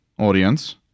audience